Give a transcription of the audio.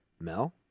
mel